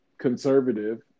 conservative